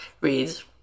reads